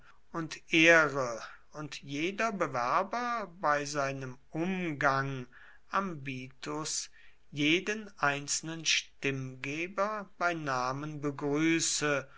und ehre und jeder bewerber bei seinem umgang ambitus jeden einzelnen stimmgeber bei namen begrüße